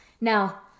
Now